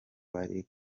bari